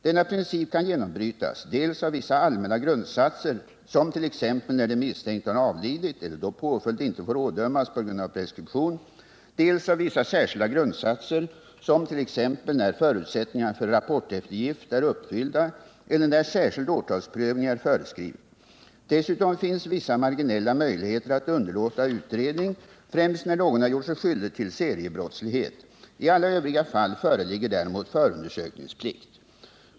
Denna princip kan genombrytas dels av vissa allmänna grundsatser, t.ex. när den misstänkte har avlidit eller då påföljd inte får ådömas på grund av preskription, dels av vissa särskilda grundsatser, t.ex. när förutsättningarna för rapporteftergift är uppfyllda eller när särskild åtalsprövning är föreskriven. Dessutom finns vissa marginella möjligheter att underlåta utredning, främst när någon har gjort sig skyldig till seriebrottslighet. I alla övriga fall föreligger däremot förundersökningsplikt.